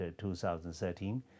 2013